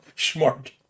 smart